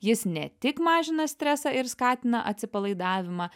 jis ne tik mažina stresą ir skatina atsipalaidavimą